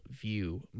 view